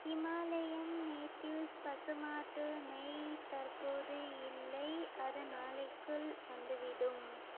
Himalayan natives பசுமாட்டு நெய் தற்போது இல்லை அது நாளைக்குள் வந்துவிடும்